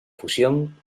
fusión